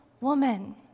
woman